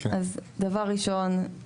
דבר ראשון,